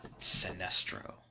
Sinestro